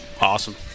Awesome